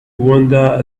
wander